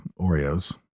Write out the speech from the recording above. oreos